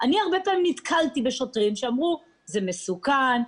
הרבה פעמים נתקלתי בשוטרים שאמרו "זה מסוכן",